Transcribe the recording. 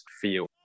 feel